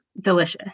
delicious